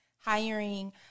Hiring